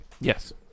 Yes